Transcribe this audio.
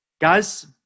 Guys